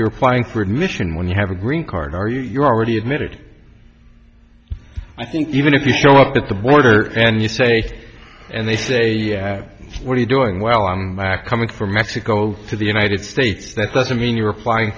you're applying for admission when you have a green card are you already admitted i think even if you show up at the border and you say and they say what are you doing well i'm back coming from mexico to the united states that doesn't mean you're applying